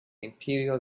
imperial